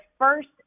first